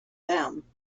them